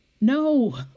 no